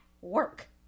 work